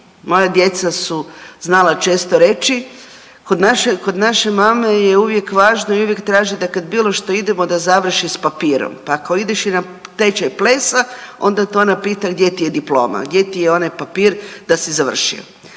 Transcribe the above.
Moja djeca su znala često reći kod naše mame je uvijek važno i uvijek traži da kad bilo što idemo da završi s papirom, pa ako ideš i na tečaj plesa onda te ona pita gdje ti je diploma, gdje ti je onaj papir da si završio.